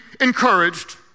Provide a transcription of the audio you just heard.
Encouraged